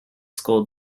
school